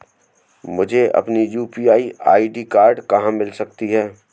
मुझे अपनी UPI ID कहां मिल सकती है?